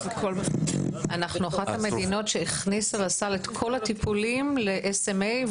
אנחנו אחת המדינות שהכניסו לסל את כל הטיפולים ל-SMA,